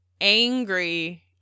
angry